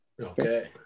Okay